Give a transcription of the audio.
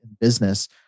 business